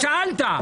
שאלת.